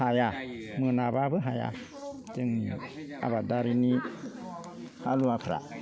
हाया मोनाब्लाबो हाया जों आबादारिनि हालुवाफ्रा